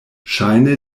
ŝajne